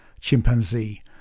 Chimpanzee